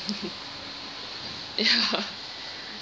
ya